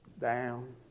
Down